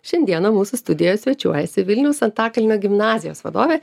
šiandieną mūsų studijoje svečiuojasi vilniaus antakalnio gimnazijos vadovė